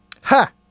Ha